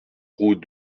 route